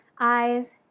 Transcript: eyes